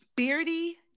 Beardy